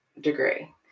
degree